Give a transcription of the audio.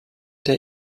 der